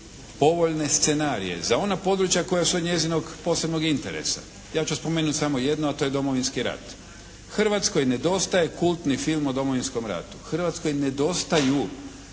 povoljne scenarije za ona područja koja su od njezinog posebnog interesa? Ja ću spomenuti samo jedno, a to je Domovinski rat. Hrvatskoj nedostaje kultni film o Domovinskom ratu, Hrvatskoj nedostaju